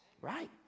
right